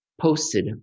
posted